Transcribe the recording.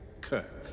Kirk